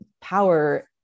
power